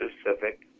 specific